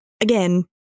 again